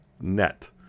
net